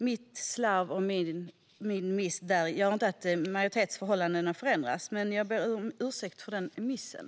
Mitt slarv gör inte att majoritetsförhållandena förändras, men jag ber om ursäkt för den missen.